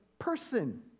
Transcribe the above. person